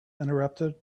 interrupted